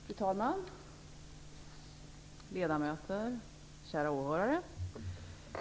Fru talman! Ledamöter! Kära åhörare!